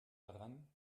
daran